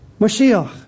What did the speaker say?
Mashiach